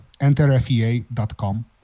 enterfea.com